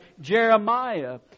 Jeremiah